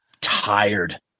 tired